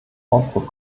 ausdruck